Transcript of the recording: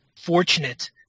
fortunate